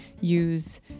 use